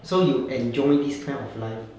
so you enjoy this kind of life